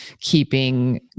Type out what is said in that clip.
keeping